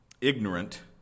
ignorant